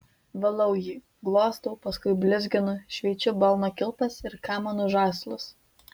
valau jį glostau paskui blizginu šveičiu balno kilpas ir kamanų žąslus